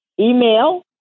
email